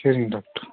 சரிங்க டாக்டர்